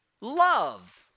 love